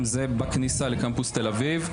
גם זה בכניסה לקמפוס תל אביב.